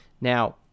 Now